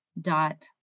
dot